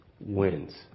wins